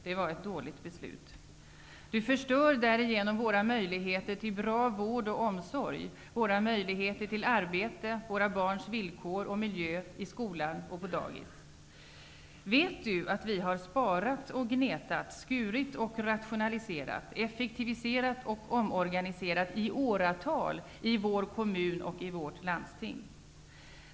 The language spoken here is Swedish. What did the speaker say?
Det var ett dåligt beslut! Du förstör därigenom våra möjligheter till bra vård och omsorg, våra möjligheter till arbete, våra barns villkor och miljö i skolan och på dagis. Vet du att vi sparat och gnetat, skurit och rationaliserat, effektiviserat och omorganiserat i åratal i vår kommun och i vårt landsting?